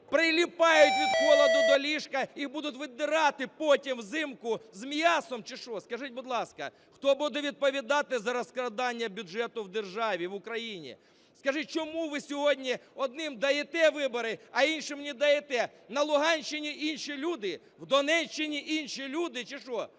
прилипають від холоду до ліжка, і будуть віддирати потім взимку з м'ясом чи що, скажіть, будь ласка? Хто буде відповідати за розкрадання бюджету в державі, в Україні? Скажіть, чому ви сьогодні одним даєте вибори, а іншим не даєте? На Луганщині інші люди, в Донеччині інші люди чи що?